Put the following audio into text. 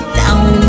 down